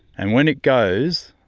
and when it goes,